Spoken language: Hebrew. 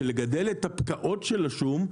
שלגדל את הפקעות של השום,